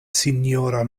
sinjora